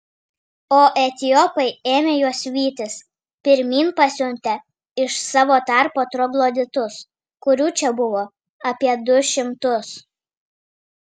o etiopai ėmė juos vytis pirmyn pasiuntę iš savo tarpo trogloditus kurių čia buvo apie du šimtus